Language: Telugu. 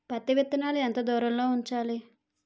పత్తి విత్తనాలు ఎంత దూరంలో ఉంచాలి?